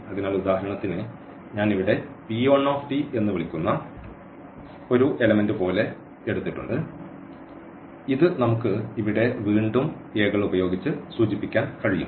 അതിനാൽ ഉദാഹരണത്തിന് ഞാൻ ഇവിടെ p1 എന്ന് വിളിക്കുന്ന ഒരു എലെമെന്റു പോലെ എടുത്തിട്ടുണ്ട് ഇത് നമുക്ക് ഇവിടെ വീണ്ടും a കൾ ഉപയോഗിച്ചു സൂചിപ്പിക്കാൻ കഴിയും